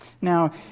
now